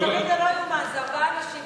זה לא יאומן, זה ארבעה אנשים קבוע,